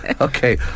Okay